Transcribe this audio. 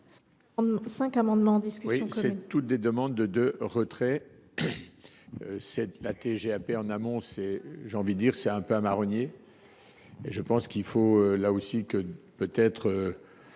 des amendements en discussion commune